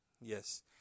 Yes